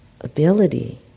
ability